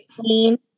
clean